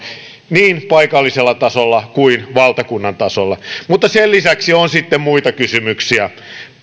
niin paikallisella tasolla kuin valtakunnan tasolla mutta sen lisäksi on sitten muita kysymyksiä